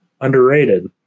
underrated